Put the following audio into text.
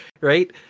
right